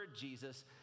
Jesus